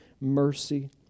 mercy